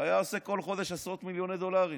היה עושה כל חודש עשרות מיליוני דולרים.